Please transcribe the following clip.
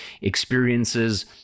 experiences